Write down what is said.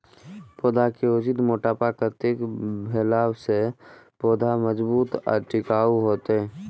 पौधा के उचित मोटापा कतेक भेला सौं पौधा मजबूत आर टिकाऊ हाएत?